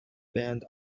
band